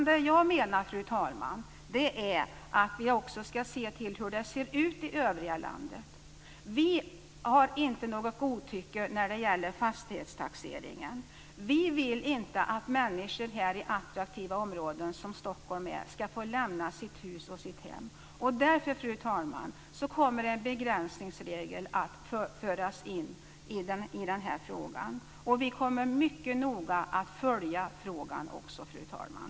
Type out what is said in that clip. Det jag menar, fru talman, är att vi också ska se till hur det ser ut i övriga landet. Vi har inte något godtycke när det gäller fastighetstaxeringen. Vi vill inte att människor i attraktiva områden som Stockholm ska få lämna sitt hus och sitt hem. Därför, fru talman, kommer en begränsningsregel att föras in. Vi kommer också att mycket noga följa frågan.